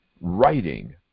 writing